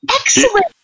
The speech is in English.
Excellent